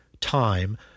time